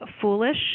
foolish